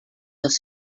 dos